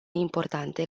importante